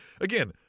again